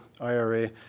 IRA